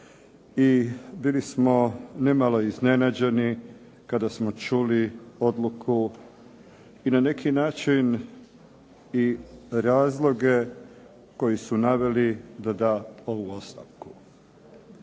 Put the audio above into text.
i bili smo nimalo iznenađeni kada smo čuli odluku i na neki način i razloge koji su naveli da da ovu ostavku.